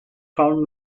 found